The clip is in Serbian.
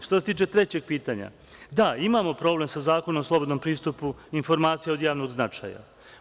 Što se tiče trećeg pitanja, da, imamo problem sa Zakonom o slobodnom pristupu informacijama od javnog značaja.